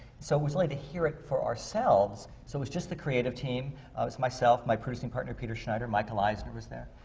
so it was only to hear it for ourselves. so it was just the creative team. it was myself, my producing partner, peter schneider. michael eisner was there.